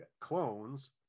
clones